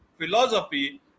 philosophy